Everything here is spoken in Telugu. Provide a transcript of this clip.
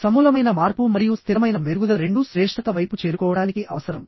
సమూలమైన మార్పు మరియు స్థిరమైన మెరుగుదల రెండూ శ్రేష్ఠత వైపు చేరుకోవడానికి అవసరం